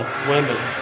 swimming